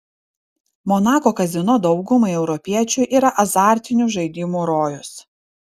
monako kazino daugumai europiečių yra azartinių žaidimų rojus